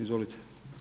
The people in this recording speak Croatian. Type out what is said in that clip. Izvolite.